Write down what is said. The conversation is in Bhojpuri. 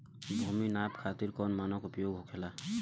भूमि नाप खातिर कौन मानक उपयोग होखेला?